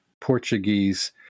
Portuguese